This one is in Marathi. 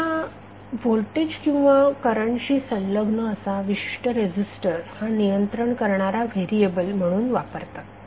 आता व्होल्टेज किंवा करंटशी संलग्न असा विशिष्ट रेझिस्टर हा नियंत्रण करणारा व्हेरिएबल म्हणून वापरतात